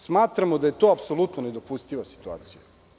Smatramo da je to apsolutno nedopustiva situacija.